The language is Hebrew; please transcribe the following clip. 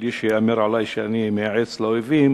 בלי שייאמר עלי שאני מייעץ לאויבים,